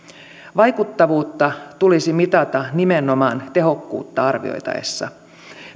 vaikuttavuutta tulisi mitata nimenomaan tehokkuutta arvioitaessa